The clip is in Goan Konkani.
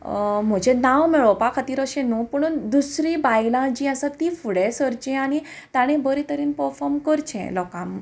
म्हजे नांव मेळोवपा खातीर अशें न्हू पूण दुसरी बायलां जी आसा ती फुडें सरचें आनी ताणें बरें तरेन पर्फोम करचें लोकां